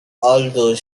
although